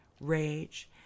rage